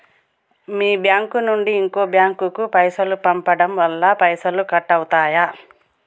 మీ bank నుంచి ఇంకో bank కు పైసలు పంపడం వల్ల పైసలు కట్ అవుతయా?